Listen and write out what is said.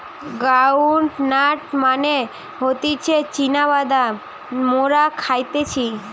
ground nut মানে হতিছে চীনা বাদাম মোরা খাইতেছি